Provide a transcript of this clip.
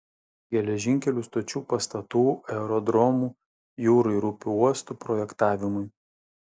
geležinkelių stočių pastatų aerodromų jūrų ir upių uostų projektavimui